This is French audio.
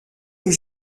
les